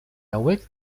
hauek